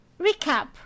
recap